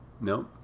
No